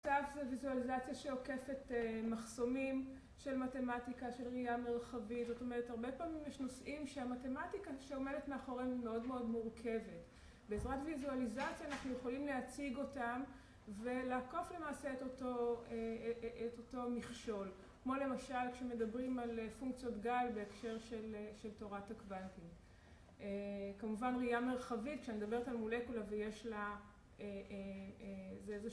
זה ויזואליזציה שעוקפת מחסומים של מתמטיקה, של ראייה מרחבית, זאת אומרת, הרבה פעמים יש נושאים שהמתמטיקה שעומדת מאחוריהם היא מאוד מאוד מורכבת. בעזרת ויזואליזציה אנחנו יכולים להציג אותם ולעקוף למעשה את אותו מכשול. כמו למשל, כשמדברים על פונקציות גל בהקשר של תורת הקוונטים. כמובן ראייה מרחבית, כשאני מדברת על מולקולה ויש לה...